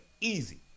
easy